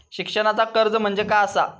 शिक्षणाचा कर्ज म्हणजे काय असा?